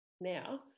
now